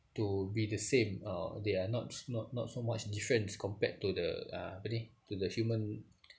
to be the same or they are not s~ not not so much different compared to the uh apa ni to the human